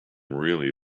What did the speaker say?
really